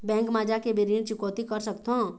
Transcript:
Bank मा जाके भी ऋण चुकौती कर सकथों?